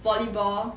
volleyball